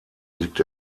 liegt